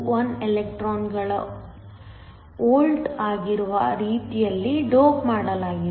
21 ಎಲೆಕ್ಟ್ರಾನ್ಗಳ ವೋಲ್ಟ್ ಆಗಿರುವ ರೀತಿಯಲ್ಲಿ ಡೋಪ್ ಮಾಡಲಾಗಿದೆ